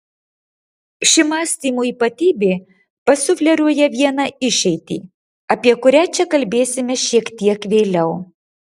ši mąstymo ypatybė pasufleruoja vieną išeitį apie kurią čia kalbėsime šiek tiek vėliau